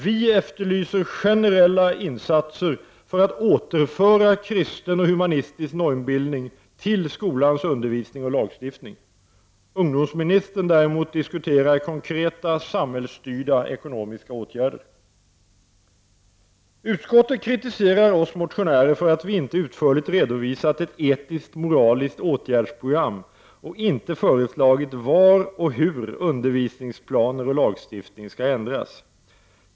Vi efterlyser generella insatser för att återföra kristen och humanistisk normbildning till skolans undervisning och lagstiftningen. Ungdomsministern däremot diskuterar konkreta samhällsstyrda ekonomiska åtgärder. Utskottet kritiserar oss motionärer för att vi inte utförligt redovisat ett etiskt/moraliskt åtgärdsprogram och inte föreslagit var och hur undervisningsplaner och lagstiftning skall ändras.